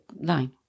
line